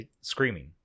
Screaming